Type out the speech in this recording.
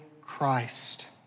Christ